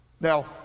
Now